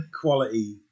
quality